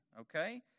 okay